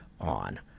on